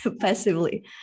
passively